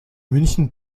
münchen